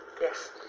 Yes